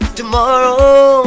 tomorrow